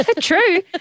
True